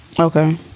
Okay